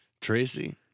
Tracy